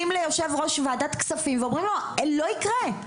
ליו"ר ועדת כספים ואומרים לו 'לא יקרה,